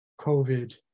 COVID